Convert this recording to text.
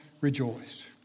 rejoice